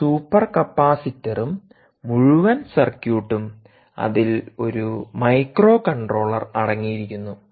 ഈ സൂപ്പർ കപ്പാസിറ്ററും മുഴുവൻ സർക്യൂട്ടും അതിൽ ഒരു മൈക്രോകൺട്രോളർ അടങ്ങിയിരിക്കുന്നു